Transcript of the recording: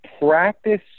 practice